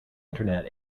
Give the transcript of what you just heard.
internet